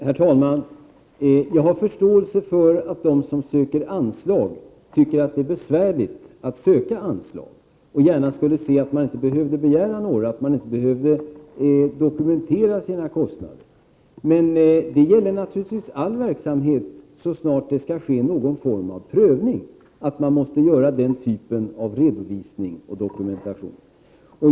Herr talman! Jag har förståelse för att de som söker anslag tycker att det är besvärligt att söka dessa anslag och gärna skulle se att de inte behövde begära några pengar, att man inte behövde dokumentera sina kostnader. Men det gäller naturligtvis all verksamhet, så snart det skall ske någon form av prövning, att man måste göra den typen av redovisning och dokumentation.